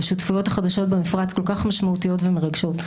השותפויות החדשות במפרץ כל כך משמעותיות ומרגשות,